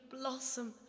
blossom